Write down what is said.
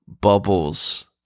bubbles